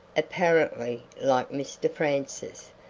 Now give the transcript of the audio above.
apparently, like mr francis,